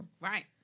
Right